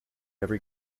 every